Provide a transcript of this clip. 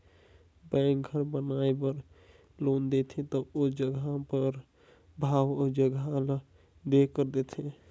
bank घर बनाए बर लोन देथे ता ओ जगहा कर भाव अउ जगहा ल देखकर देथे